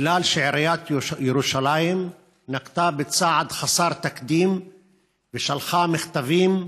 בגלל שעיריית ירושלים נקטה צעד חסר תקדים ושלחה מכתבים,